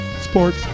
sport